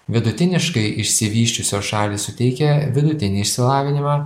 vidutiniškai išsivysčiusios šalys suteikia vidutinį išsilavinimą